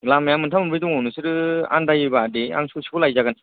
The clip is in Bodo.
लामाया मोनथाम मोनब्रै दं नोंसोरो आनदायोबा दे आं ससेखौ लायजागोन